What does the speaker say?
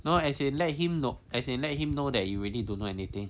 no as in let him know as in let him know that you already don't know anything